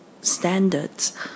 standards